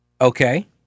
Okay